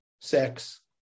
Sex